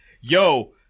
Yo